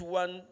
one